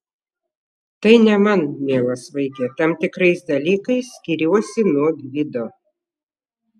tai ne man mielas vaike tam tikrais dalykais skiriuosi nuo gvido